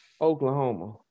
Oklahoma